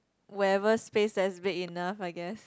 where ever space that is big enough I guess